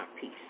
peace